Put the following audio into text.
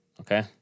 Okay